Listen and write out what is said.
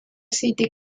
city